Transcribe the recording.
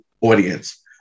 audience